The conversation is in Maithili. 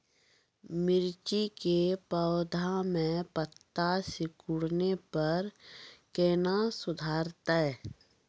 मिर्ची के पौघा मे पत्ता सिकुड़ने पर कैना सुधरतै?